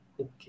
okay